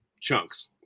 chunks